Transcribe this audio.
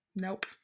nope